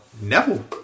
Neville